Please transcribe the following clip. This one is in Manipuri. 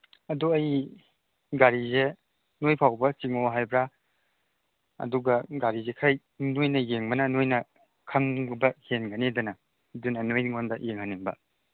ꯑꯗꯣ ꯑꯩ ꯒꯥꯔꯤꯁꯦ ꯅꯣꯏ ꯐꯥꯎꯕ ꯆꯤꯡꯉꯛꯑꯣ ꯍꯥꯏꯕ꯭ꯔꯥ ꯑꯗꯨꯒ ꯒꯥꯔꯤꯁꯦ ꯈꯔ ꯅꯣꯏꯅ ꯌꯦꯡꯕꯅ ꯅꯣꯏꯅ ꯈꯪꯕ ꯍꯦꯟꯒꯅꯤ ꯑꯗꯨꯅ ꯑꯗꯨꯅ ꯅꯣꯏꯉꯣꯟꯗ ꯌꯦꯡꯍꯟꯅꯤꯡꯕ